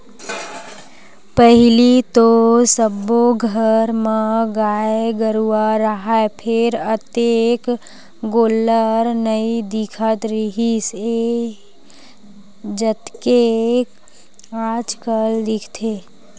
पहिली तो सब्बो घर म गाय गरूवा राहय फेर अतेक गोल्लर नइ दिखत रिहिस हे जतेक आजकल दिखथे